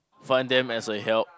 find them as a help